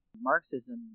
Marxism